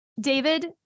David